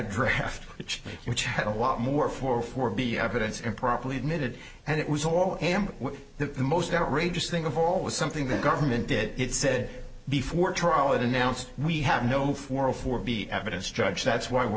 draft which which had a lot more for four b evidence improperly admitted and it was all am the most outrageous thing of all was something the government did it said before trial it announced we have no formal for be evidence judge that's why we're